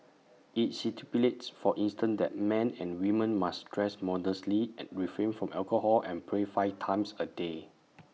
IT stipulates for instance that men and women must dress modestly and refrain from alcohol and pray five times A day